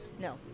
No